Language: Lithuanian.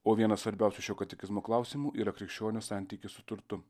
o vienas svarbiausių šio katekizmo klausimų yra krikščionio santykis su turtu